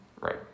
Right